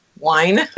wine